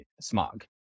smog